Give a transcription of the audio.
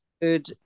food